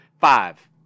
five